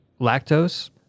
lactose